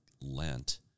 Lent